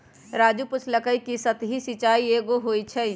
राजू पूछलकई कि सतही सिंचाई कैगो होई छई